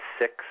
Six